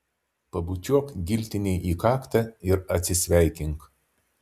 pabučiuok giltinei į kaktą ir atsisveikink